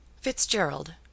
Fitzgerald